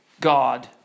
God